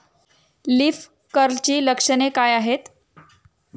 Leaf कर्लची लक्षणे काय आहेत?